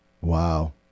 Wow